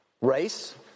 race